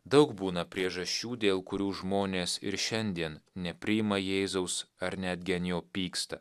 daug būna priežasčių dėl kurių žmonės ir šiandien nepriima jėzaus ar netgi an jo pyksta